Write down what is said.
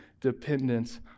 dependence